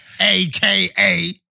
AKA